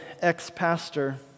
ex-pastor